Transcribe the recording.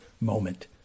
moment